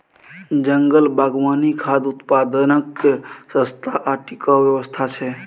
जंगल बागवानी खाद्य उत्पादनक सस्ता आ टिकाऊ व्यवस्था छै